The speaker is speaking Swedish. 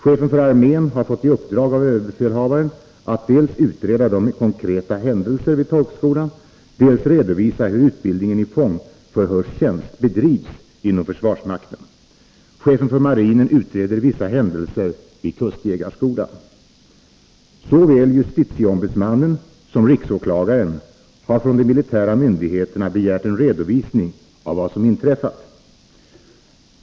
Chefen för armén har fått i uppdrag av överbefälhavaren att dels utreda de konkreta händelserna vid tolkskolan, dels redovisa hur utbildningen i fångförhörstjänst bedrivs inom försvarsmakten. Chefen för marinen utreder vissa händelser vid kustjägarskolan. Såväl justitieombudsmannen som riksåklagaren har från de militära myndigheterna begärt en redovisning av vad som inträffat.